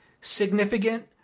significant